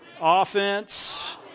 offense